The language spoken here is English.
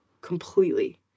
completely